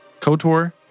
Kotor